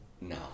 No